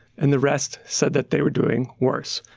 and the rest said that they were doing worse.